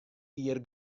jier